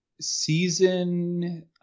season